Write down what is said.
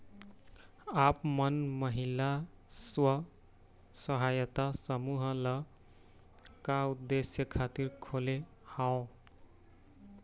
आप मन महिला स्व सहायता समूह ल का उद्देश्य खातिर खोले हँव?